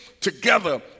together